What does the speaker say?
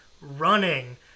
running